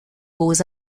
beaux